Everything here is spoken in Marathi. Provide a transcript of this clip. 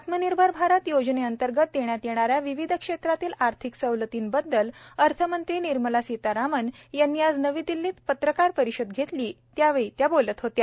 आत्मनिर्भर भारत योजनेअंतर्गत देण्यात येणाऱ्या विविध क्षेत्रातील आर्थिक सवलती बद्दल अर्थमंत्री निर्मला सीतरमण यांनी आज पत्रकार परिषद घेतली त्या वेळी त्या बोलत होत्या